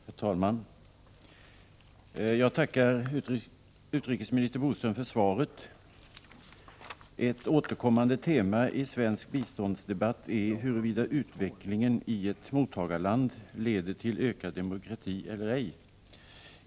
Herr talman! Jag tackar utrikesminister Bodström för svaret. Ett återkommande tema i svensk biståndsdebatt är huruvida utvecklingen i ett mottagarland leder till ökad demokrati eller ej.